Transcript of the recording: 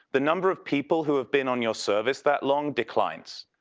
the number of people who have been on your service that long declines.